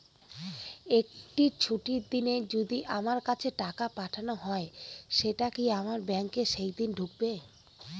একটি ছুটির দিনে যদি আমার কাছে টাকা পাঠানো হয় সেটা কি আমার ব্যাংকে সেইদিন ঢুকবে?